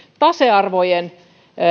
tasearvojen